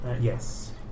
Yes